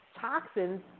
toxins